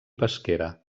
pesquera